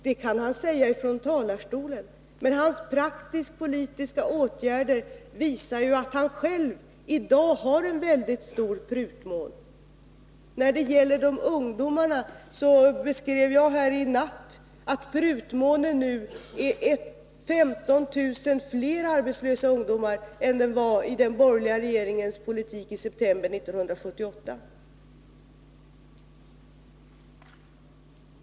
Det kan han säga i talarstolen, men hans praktiskt-politiska åtgärder visar ju att han själv i dag har en väldigt stor prutmån. När det gäller d ungdomar redovisade jag i natt att prutmånen nu är 15 000 fler arbetslösa ungdomar än den var i den borgerliga regeringens politik i september 1978.